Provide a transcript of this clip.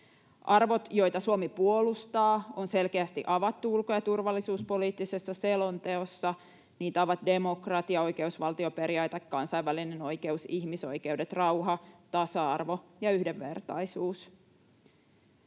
Arvot, joita Suomi puolustaa, on selkeästi avattu ulko- ja turvallisuuspoliittisessa selonteossa. Niitä ovat demokratia, oikeusvaltioperiaate, kansainvälinen oikeus, ihmisoikeudet, rauha, tasa-arvo ja yhdenvertaisuus.